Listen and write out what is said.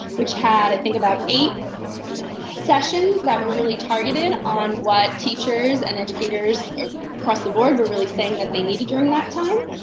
which had, i think, about eight sessions that were really targeted on what teachers and educators across the board were really saying that they needed during that time.